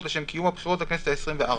לשם קיום הבחירות לכנסת העשרים וארבע.